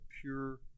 pure